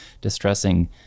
distressing